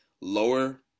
lower